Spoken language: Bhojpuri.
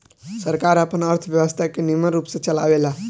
सरकार आपन अर्थव्यवस्था के निमन रूप से चलावेला